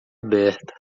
aberta